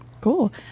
Cool